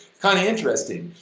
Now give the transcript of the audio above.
kind of interesting.